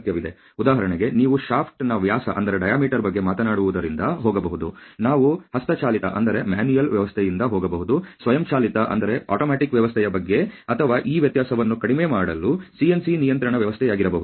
ಉದಾಹರಣೆಗೆ ನೀವು ಶಾಫ್ಟ್ನ ವ್ಯಾಸದ ಬಗ್ಗೆ ಮಾತನಾಡುವುದರಿಂದ ಹೋಗಬಹುದು ನಾವು ಹಸ್ತಚಾಲಿತ ವ್ಯವಸ್ಥೆಯಿಂದ ಹೋಗಬಹುದು ಸ್ವಯಂಚಾಲಿತ ವ್ಯವಸ್ಥೆಯ ಬಗ್ಗೆ ಅಲ್ಲ ಅಥವಾ ಈ ವ್ಯತ್ಯಾಸವನ್ನು ಕಡಿಮೆ ಮಾಡಲು CNC ನಿಯಂತ್ರಣ ವ್ಯವಸ್ಥೆಯಾಗಿರಬಹುದು